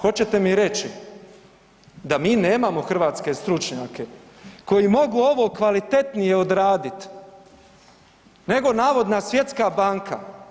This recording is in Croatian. Hoćete mi reći da mi nemamo hrvatske stručnjake koji mogu ovo kvalitetnije odraditi nego navodna Svjetska banka?